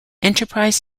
enterprise